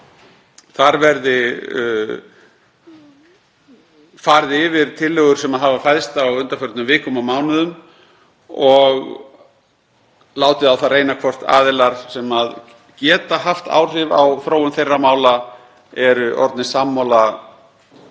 þar verði farið yfir tillögur sem hafa fæðst á undanförnum vikum og mánuðum og látið á það reyna hvort aðilar sem geta haft áhrif á þróun þeirra mála eru orðnir sammála